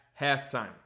halftime